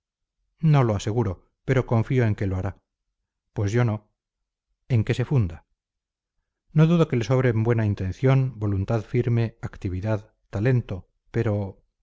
no lo aseguro pero confío en que lo hará pues yo no en qué se funda no dudo que le sobren buena intención voluntad firme actividad talento pero